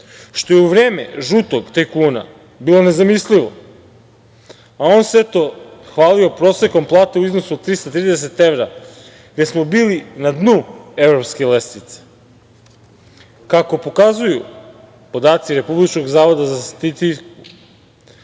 što je u vreme žutog tajkuna bilo nezamislivo, a on se hvalio prosekom plate u iznosu od 330 evra, gde smo bili na dnu evropske lestvice. Kako pokazuju podaci Republičkog zavoda za statistiku